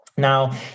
Now